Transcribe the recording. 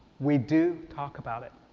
we do talk about it,